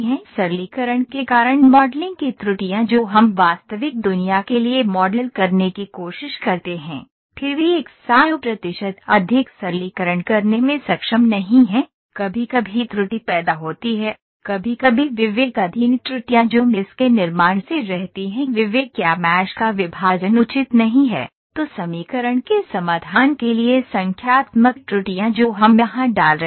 सरलीकरण के कारण मॉडलिंग की त्रुटियां जो हम वास्तविक दुनिया के लिए मॉडल करने की कोशिश करते हैं फिर भी 100 प्रतिशत अधिक सरलीकरण करने में सक्षम नहीं हैं कभी कभी त्रुटि पैदा होती है कभी कभी विवेकाधीन त्रुटियां जो मेष के निर्माण से रहती हैं विवेक या मैश का विभाजन उचित नहीं है तो समीकरण के समाधान के लिए संख्यात्मक त्रुटियां जो हम यहां डाल रहे हैं